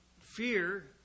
fear